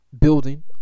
building